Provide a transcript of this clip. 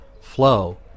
flow